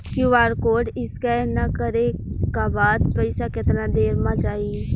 QR code scan न करे क बाद पइसा केतना देर म जाई?